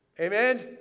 Amen